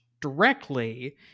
directly